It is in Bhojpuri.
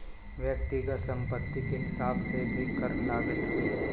व्यक्तिगत संपत्ति के हिसाब से भी कर लागत हवे